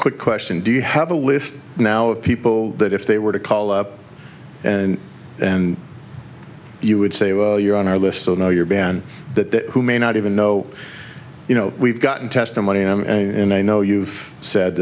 quick question do you have a list now of people that if they were to call up and and you would say well you're on our list so now you're beyond that who may not even know you know we've gotten testimony and i know you've said